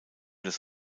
das